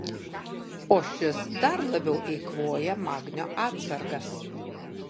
o šis dar labiau eikvoja magnio atsargas